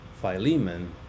Philemon